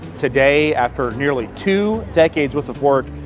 today, after nearly two decades worth of work,